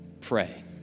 Pray